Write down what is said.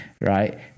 right